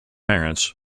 parents